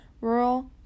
rural